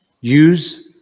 Use